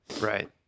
Right